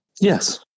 Yes